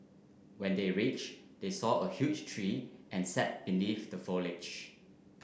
when they reached they saw a huge tree and sat beneath the foliage